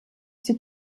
die